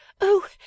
Oh